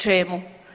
Čemu?